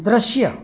દૃશ્ય